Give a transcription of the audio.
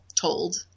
told